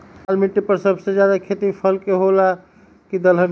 लाल मिट्टी पर सबसे ज्यादा खेती फल के होला की दलहन के?